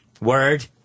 Word